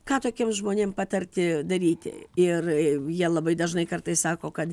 ką tokiems žmonėm patarti daryti ir jie labai dažnai kartais sako kad